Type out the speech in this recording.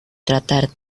tratar